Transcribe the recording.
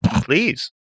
Please